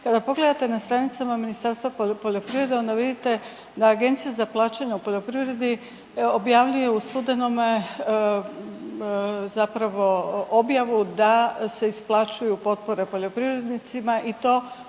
kada pogledate na stranicama Ministarstva poljoprivrede onda vidite da Agencija za plaćanje u poljoprivredi objavljuje u studenome zapravo objavu da se isplaćuju potpore poljoprivrednicima i to